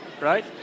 Right